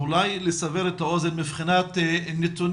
אז אולי לסבר את האוזן מבחינת נתונים